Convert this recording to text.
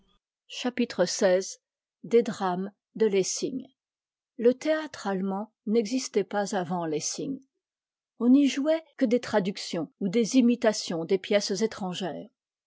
chapitre xvi des drames de lessing le théâtre allemand n'existait pas avant lessing on n'y jouait que des traductions ou des imitations des pièces étrangères